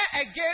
again